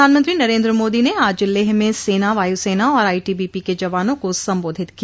प्रधानमंत्री नरेंद्र मोदी ने आज लेह में सेना वायुसेना और आईटीबीपी के जवानों को संबोधित किया